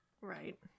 Right